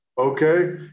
Okay